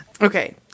okay